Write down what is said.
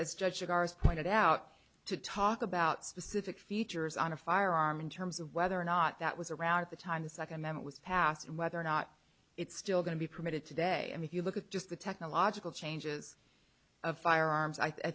as judge of ours pointed out to talk about specific features on a firearm in terms of whether or not that was around at the time the second man was passed and whether or not it's still going to be permitted today i mean if you look at just the technological changes of firearms i